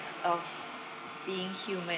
of being human